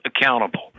accountable